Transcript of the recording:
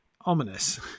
ominous